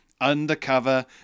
Undercover